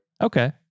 Okay